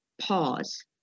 pause